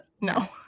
No